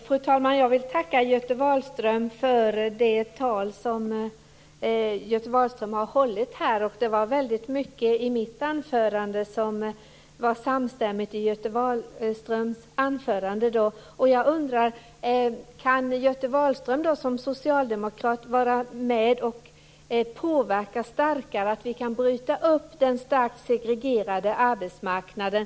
Fru talman! Jag vill tacka Göte Wahlström för det tal som han har hållit här. Det var väldigt mycket i mitt anförande som var samstämmigt med Göte Wahlströms anförande, och jag undrar: Kan Göte Wahlström då som socialdemokrat vara med och påverka starkare så att vi kan bryta upp den starkt segregerade arbetsmarknaden?